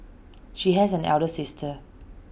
she has an elder sister